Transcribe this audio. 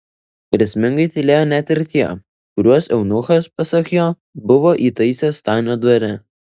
grėsmingai tylėjo net ir tie kuriuos eunuchas pasak jo buvo įtaisęs stanio dvare